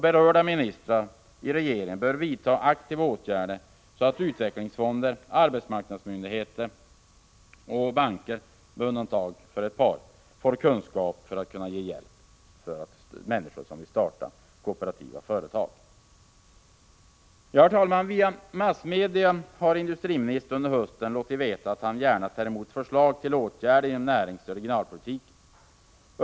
Berörda ministrar i regeringen bör vidta aktiva åtgärder så att utvecklingsfonder, arbetsmarknadsmyndigheter och banker — med undantag för ett par — får kunskap att ge hjälp till människor som vill starta kooperativa företag. Herr talman! Via massmedia har industriministern under hösten låtit meddela att han gärna tar emot förslag till åtgärder inom näringsoch regionalpolitiken.